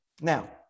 Now